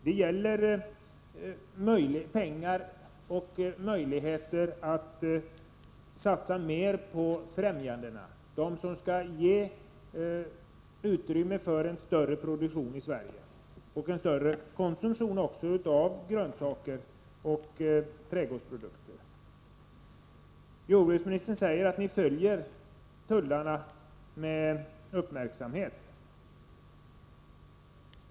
Det gäller även möjligheterna att satsa mer pengar på främjandena, som skall ge utrymme för en större produktion i Sverige — och även en större konsumtion — av grönsaker och trädgårdsprodukter. Jordbruksministern säger att man följer tullarna med uppmärksamhet.